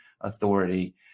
authority